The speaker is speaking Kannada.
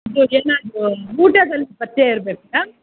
ಅದಕ್ಕೇನಾದರೂ ಊಟದಲ್ಲಿ ಪಥ್ಯ ಇರ್ಬೇಕು ಮೇಡಮ್